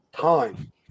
time